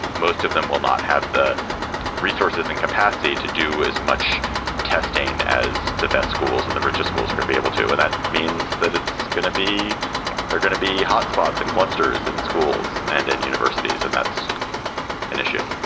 most of them will not have the resources and capacity to do as much testing as the best schools and the richest schools are to be able to. and that means that it's going to be they're going to be hotspots and clusters in schools and in universities and that's an issue.